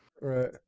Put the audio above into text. Right